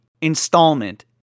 installment